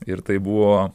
ir tai buvo